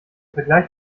vergleich